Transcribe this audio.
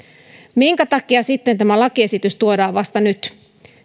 minkä takia sitten tämä lakiesitys tuodaan vasta nyt